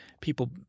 people